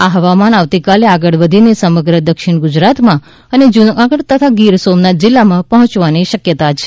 આ હવામાન આવતીકાલે આગળ વધીને સમગ્ર દક્ષિણ ગુજરાતમાં અને જૂનાગઢ તથા ગીર સોમનાથ જિલ્લામાં પહોંચવાની શક્યતા છે